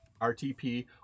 RTP